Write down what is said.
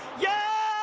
yeah,